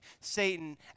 Satan